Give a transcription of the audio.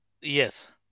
yes